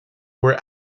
were